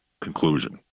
conclusion